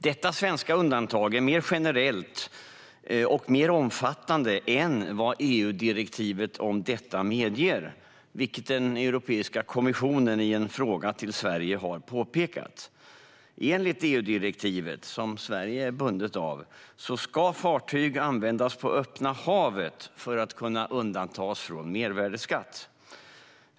Detta svenska undantag är mer generellt och mer omfattande än vad EU-direktivet om detta medger, vilket Europeiska kommissionen i en fråga till Sverige har påpekat. Enligt EU-direktivet, som Sverige är bundet av, ska fartyg användas på öppna havet för att kunna undantas från mervärdesskatt.